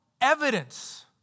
evidence